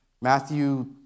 Matthew